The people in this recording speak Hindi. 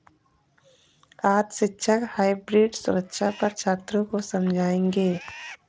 आज शिक्षक हाइब्रिड सुरक्षा पर छात्रों को समझाएँगे